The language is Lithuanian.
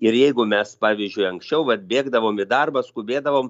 ir jeigu mes pavyzdžiui anksčiau vat bėgdavom į darbą skubėdavom